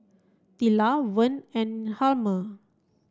Tilla Vern and Hjalmer